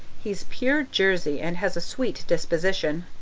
he's pure jersey and has a sweet disposition.